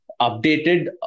updated